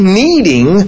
needing